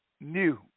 new